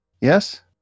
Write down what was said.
yes